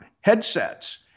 headsets